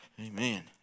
Amen